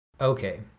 Okay